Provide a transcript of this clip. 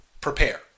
prepare